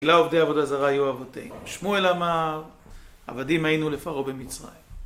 בגלל עובדי עבודה זרה היו אבותינו, שמואל אמר, עבדים היינו לפרעה במצרים.